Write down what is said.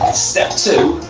step two,